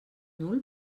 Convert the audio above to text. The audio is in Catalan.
nul